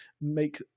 make